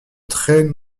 très